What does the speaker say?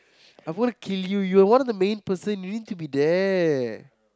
I want to kill you you are one of the main person you need to be there